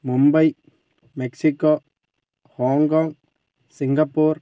Mumbai Mexico Hong Kong Singapore